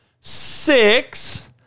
six